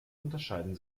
unterscheiden